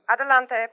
Adelante